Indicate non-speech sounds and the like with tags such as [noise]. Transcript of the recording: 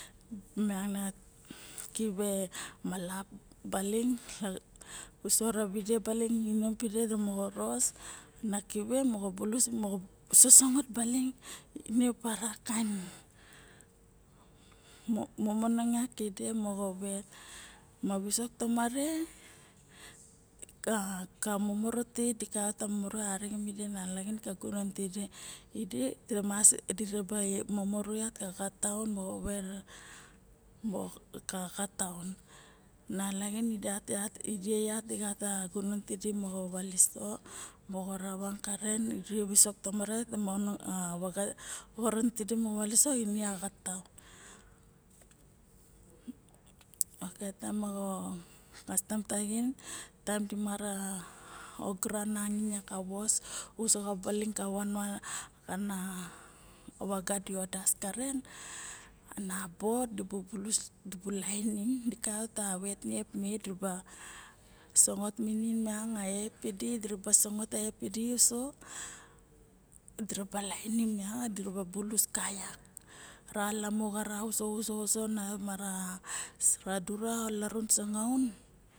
[noise] Miang na kive malap baling a uso ravide mi inom tide mo ros na kive mo bulus mo sosongot baling ine pa rakaen mo momongong yat ide moxo vet ma visok tomare ka ka momoru ti di kaiot ka momoru rixen mide nalaxin na gunon tide ide iramas momoru yatka xataun mo ver mo kat taun nalaxin idat yat ide gat a gunon tide, moxo valiso moxo ravang karen xirip a visok tomare di manong a vaga ma gunon tidi mo valiso ine xataun oke taem a kastam taxin dimara ogaran nangain yak a vos uso xa baling ka van van xana vaga di ot das karen ana bo dibu minin miang a ep kidi, diraba lainim yak diraba bulus ka ya ra lamo xa ra uso uso namara ra dura o laraun sangaun